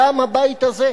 גם הבית הזה.